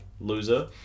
Loser